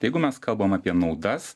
jeigu mes kalbam apie naudas